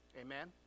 Amen